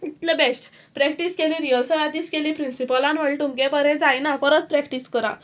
इतलें best practice केली रियल्सां दीस केलीं प्रिंसिपलान व्हडलें तुमगे बरें जायना परत प्रॅक्टीस करा